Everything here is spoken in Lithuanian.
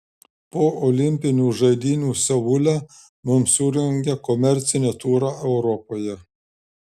po olimpinių žaidynių seule mums surengė komercinį turą europoje